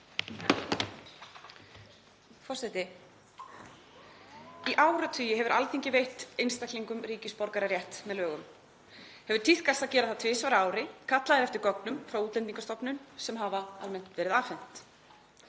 Í áratugi hefur Alþingi veitt einstaklingum ríkisborgararétt með lögum. Það hefur tíðkast að gera það tvisvar á ári, kallað er eftir gögnum frá Útlendingastofnun sem hafa almennt verið afhent.